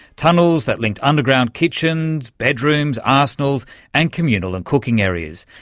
tunnels that linked underground kitchens, bedrooms, arsenals and communal and cooking areas.